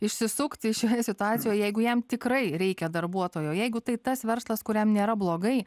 išsisukti iš situacija jeigu jam tikrai reikia darbuotojo jeigu tai tas verslas kuriam nėra blogai